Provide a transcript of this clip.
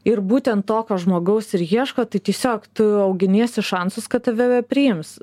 ir būtent tokio žmogaus ir ieško tai tiesiog tu auginiesi šansus kad tave priims